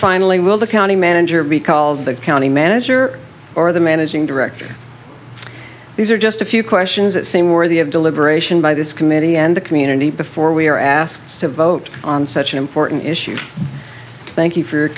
finally will the county manager be called the county manager or the managing director these are just a few questions that seem worthy of deliberation by this committee and the community before we are asked to vote on such an important issue thank you for your